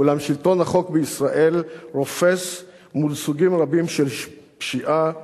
אולם שלטון החוק בישראל רופס מול סוגים רבים של פשיעה ועבריינות,